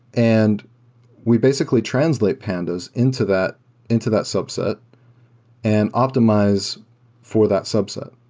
and we basically translate pandas into that into that subset and optimize for that subset.